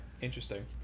interesting